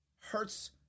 hurts